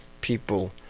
people